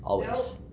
always.